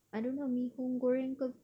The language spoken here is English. I don't know mi hoon goreng ke